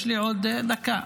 יש לי עוד דקה?